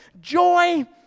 Joy